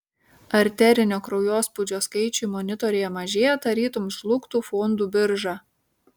arterinio kraujospūdžio skaičiai monitoriuje mažėja tarytum žlugtų fondų birža